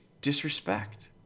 disrespect